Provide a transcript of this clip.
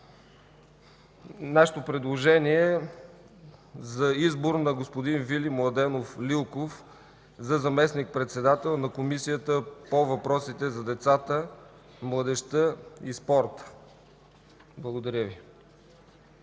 Нашето предложение е за избор на господин Вили Младенов Лилков за заместник-председател на Комисията по въпросите на децата, младежта и спорта: „РЕШЕНИЕ за